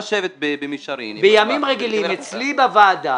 אם היה דבר כזה בימים רגילים אצלי בוועדה,